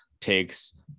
takes